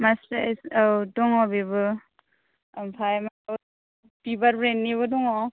मास्रायस औ दङ बेबो ओमफ्राय बिबार ब्रेननिनिबो दङ